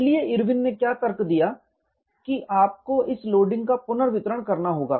इसलिए इरविन ने क्या तर्क दिया कि आपको इस लोडिंग का पुनर्वितरण करना होगा